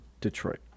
Detroit